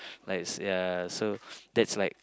like so ya so that's like